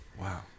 Wow